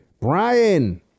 Brian